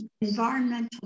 environmental